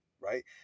right